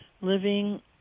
living